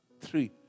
three